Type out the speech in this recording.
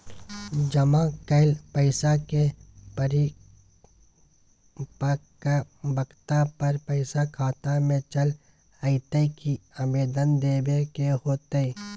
जमा कैल पैसा के परिपक्वता पर पैसा खाता में चल अयतै की आवेदन देबे के होतै?